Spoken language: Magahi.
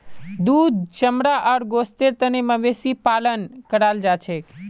दूध चमड़ा आर गोस्तेर तने मवेशी पालन कराल जाछेक